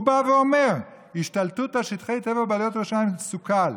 הוא בא ואומר: ההשתלטות על שטחי טבע בעליות לירושלים סוכלה.